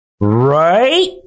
right